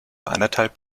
anderthalb